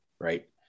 right